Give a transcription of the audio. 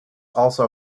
also